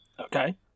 Okay